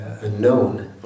unknown